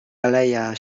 aleja